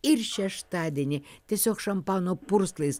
ir šeštadienį tiesiog šampano purslais